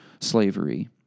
slavery